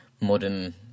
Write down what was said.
modern